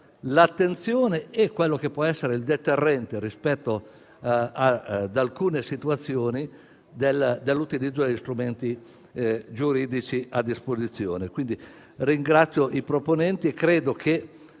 l'attenzione e il potenziale deterrente, rispetto ad alcune situazioni, dell'utilizzo degli strumenti giuridici a disposizione. Ringrazio i proponenti e credo che